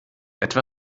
etwa